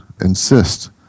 insist